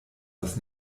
das